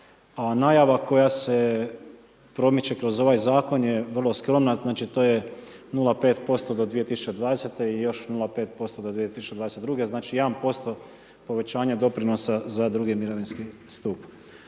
a najava koja se promiče kroz ovaj zakon je vrlo skromna, znači to je 0,5 do 2020. i još 0,5 do 2022., znači 1% povećanja doprinosa za drugi mirovinski stup.